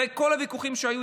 אחרי כל הוויכוחים שהיו,